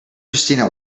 christina